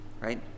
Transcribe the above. right